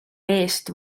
eest